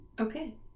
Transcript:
Okay